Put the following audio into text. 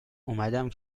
اومدم